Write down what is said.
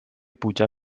puja